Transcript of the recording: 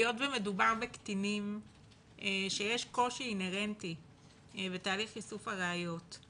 היות ומדובר בקטינים שיש קושי אינהרנטי בתהליך איסוף הראיות.